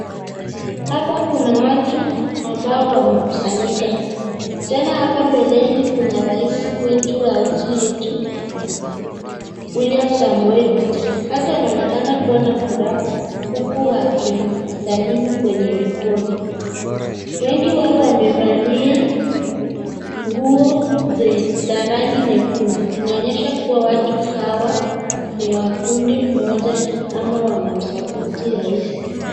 Hapa kuna watu ambao wamekuzanyika tena hapa mbeleni kuna rais watu wa nchi yetu William samoe ruto, watu wanaokana kuwa na furaha huku wakisalimu kwenye mekoni, wengi wao wamefalia za rangi nyekundu inaonyesha kuwa watu hawa ni wa kundi moja ama wamsapoti rais.